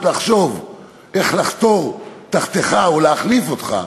לחשוב איך לחתור תחתיך ולהחליף אותך,